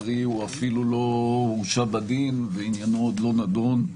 קרי הוא אפילו לא הורשע בדין ועניינו עוד לא נדון.